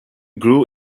grew